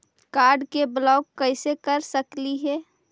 Card के block कैसे कर सकली हे?